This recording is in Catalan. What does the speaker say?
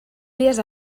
dies